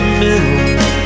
middle